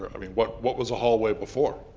i mean, what what was a hallway before?